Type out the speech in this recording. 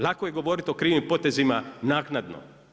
Lako je govoriti o krivim potezima naknadno.